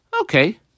Okay